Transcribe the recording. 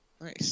Nice